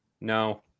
No